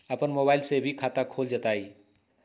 अपन मोबाइल से भी खाता खोल जताईं?